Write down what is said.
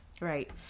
Right